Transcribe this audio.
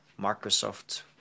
microsoft